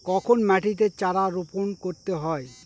কখন মাটিতে চারা রোপণ করতে হয়?